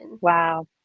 Wow